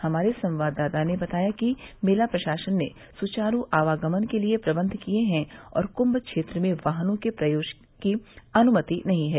हमारे संवाददाता ने बताया कि मेला प्रशासन ने सुचारू आवागमन के लिए प्रबंध किए हैं और कुम्भ क्षेत्र में वाहनों के प्रवेश की अनुमति नहीं है